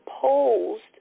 posed